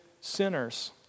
sinners